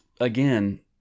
again